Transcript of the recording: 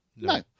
No